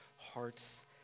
hearts